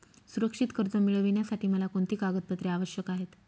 सुरक्षित कर्ज मिळविण्यासाठी मला कोणती कागदपत्रे आवश्यक आहेत